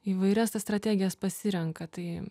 įvairias tas strategijas pasirenka tai